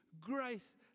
grace